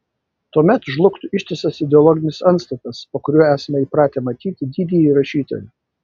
tuomet žlugtų ištisas ideologinis antstatas po kuriuo esame įpratę matyti didįjį rašytoją